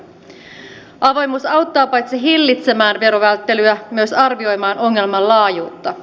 avoimuus auttaa paitsi hillitsemään verovälttelyä myös arvioimaan ongelman laajuutta